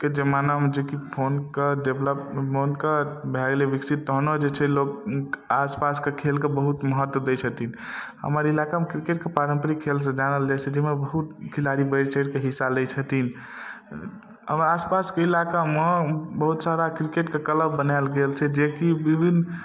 के जमानामे जेकि फोनके डेवलप भऽ गेलै विकसित तहनो जे छै लोक आसपासके खेलके बहुत महत्व दै छथिन हमर इलाकामे किरकेटके पारम्परिक खेलसँ जानल जाइ छै जाहिमे बहुत खेलाड़ी बढ़ि चढ़िकऽ हिस्सा लै छथिन हमरा आसपासके इलाकामे बहुत सारा किरकेटके क्लब बनाएल गेल छै जेकि विभिन्न